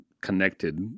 connected